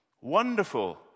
wonderful